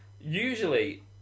usually